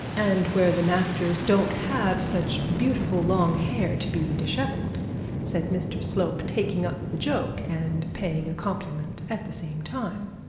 and where the masters don't have such beautiful long hair to be dishevelled said mr slope, taking up the joke and paying a compliment at the same time.